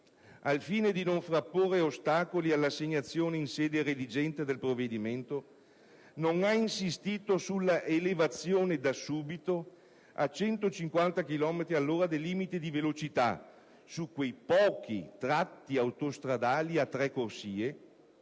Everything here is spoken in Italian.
al fine di non frapporre ostacoli all'assegnazione in sede redigente del provvedimento, non ha insistito sull'elevazione da subito a 150 chilometri all'ora del limite di velocità su quei pochi tratti autostradali a tre corsie,